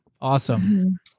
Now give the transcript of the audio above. Awesome